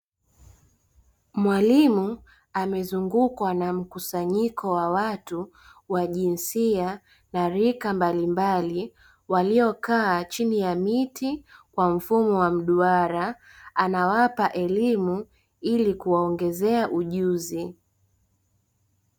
Mwalimu amezungukwa na mkusanyiko wa watu wa jinsia na rika mbalimbali waliokaa chini ya miti kwa mfumo wa mduara, anawapa elimu ili kuwaongezea ujuzi.